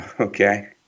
Okay